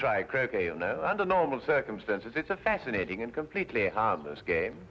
under normal circumstances it's a fascinating and completely harmless game